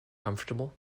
comfortable